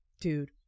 dude